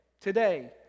today